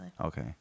Okay